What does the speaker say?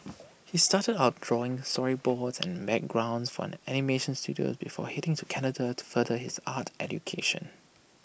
he started out drawing storyboards and backgrounds for an animation Studio before heading to Canada to further his art education